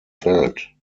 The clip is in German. feld